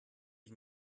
ich